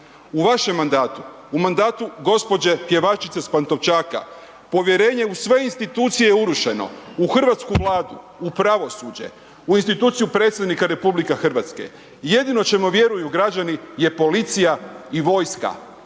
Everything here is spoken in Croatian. U vašem mandatu, u mandatu gđe. Pjevačice sa Pantovčaka, povjerenje u sve institucije je urušeno, u hrvatsku Vladu, u pravosuđe, u instituciju Predsjednika RH, jedino čemu vjeruju građani je policija i vojska.